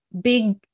big